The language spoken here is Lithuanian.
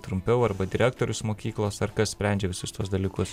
trumpiau arba direktorius mokyklos ar kas sprendžia visus tuos dalykus